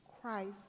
christ